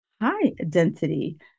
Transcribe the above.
high-density